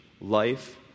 life